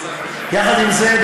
יחד עם זה,